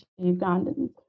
Ugandans